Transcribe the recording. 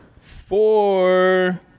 four